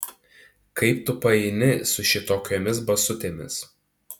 kaip tu paeini su šitokiomis basutėmis